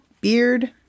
beard